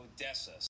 Odessa